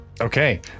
Okay